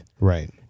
right